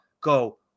go